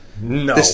No